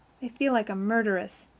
i feel like a murderess.